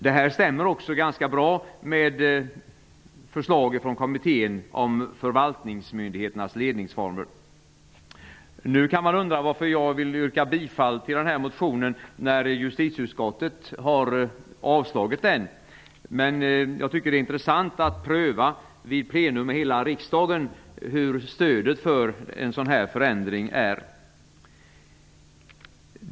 Detta stämmer också ganska bra med förslaget från Man kan undra varför jag vill yrka bifall till denna motion när justitieutskottet har avstyrkt den, men jag tycker att det är intressant att i hela riksdagen pröva hur stödet för en sådan förändring är.